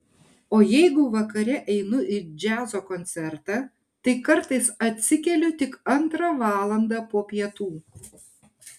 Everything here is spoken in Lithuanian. o jeigu vakare einu į džiazo koncertą tai kartais atsikeliu tik antrą valandą po pietų